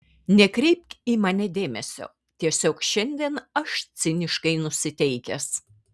nekreipk į mane dėmesio tiesiog šiandien aš ciniškai nusiteikęs